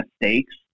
mistakes